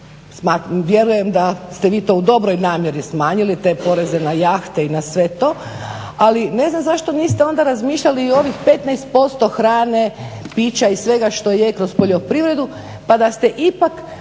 vjerujem da ste vi to u dobroj namjeri smanjili te poreze na jahte i na sve to, ali ne znam zašto niste onda razmišljali i o ovih 15% hrane, pića i svega što je kroz poljoprivredu pa da ste ipak